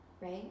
Right